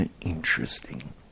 interesting